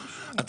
שהם אמרו קודם,